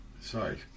Sorry